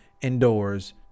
indoors